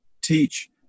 teach